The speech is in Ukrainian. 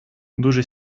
дуже